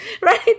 right